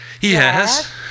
Yes